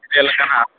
ᱜᱮ ᱠᱟᱱᱟ